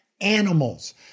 animals